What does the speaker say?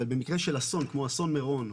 אבל במקרה של אסון כמו של אסון מירון,